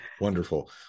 wonderful